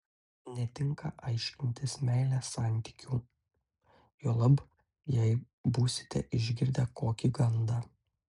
netinka aiškintis meilės santykių juolab jei būsite išgirdę kokį gandą